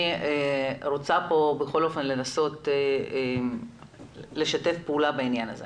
אני רוצה לנסות לשתף פעול בעניין הזה.